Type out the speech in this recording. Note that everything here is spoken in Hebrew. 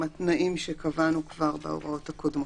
התנאים שקבענו כבר בהוראות הקודמות.